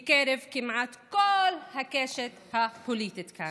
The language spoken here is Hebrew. מקרב כמעט כל הקשת הפוליטית כאן.